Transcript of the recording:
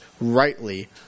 rightly